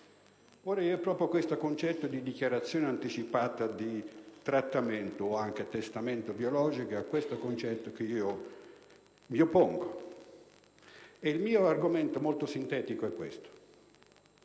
Ora, è proprio a questo concetto di dichiarazione anticipata di trattamento, o anche testamento biologico, che io mi oppongo e il mio argomento, molto sintetico, è questo: